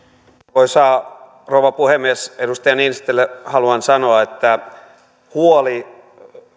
arvoisa rouva puhemies edustaja niinistölle haluan sanoa että huoli